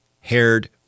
haired